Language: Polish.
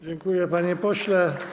Dziękuję, panie pośle.